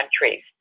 countries